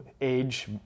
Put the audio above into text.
age